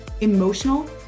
emotional